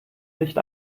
nicht